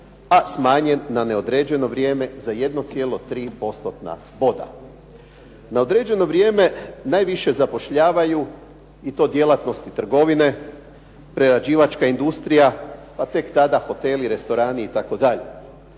a smanjen na neodređeno vrijeme za 1,3%-tna boda. Na određeno vrijeme najviše zapošljavaju i to djelatnosti trgovine, prerađivačka industrija, pa tek tada hoteli, restorani itd.